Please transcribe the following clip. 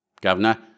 Governor